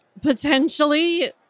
Potentially